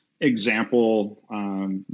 example